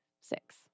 six